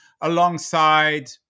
alongside